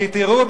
כי תראו,